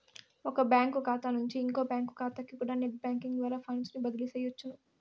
ఒక బ్యాంకు కాతా నుంచి ఇంకో బ్యాంకు కాతాకికూడా నెట్ బ్యేంకింగ్ ద్వారా ఫండ్సుని బదిలీ సెయ్యొచ్చును